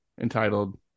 entitled